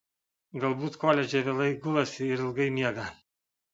galbūt koledže vėlai gulasi ir ilgai miega